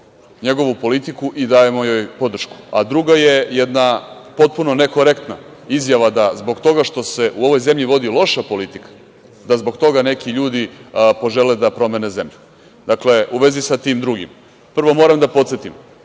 njegovu politiku i dajemo joj podrušku. Druga je jedna potpuno nekorektna izjava da zbog toga što se u ovoj zemlji vodi loša politika, da zbog toga neki ljudi požele da promene zemlju. Dakle, u vezi sa tim drugim. Prvo, moram da podsetim,